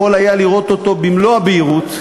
יכול היה לראות אותו במלוא הבהירות,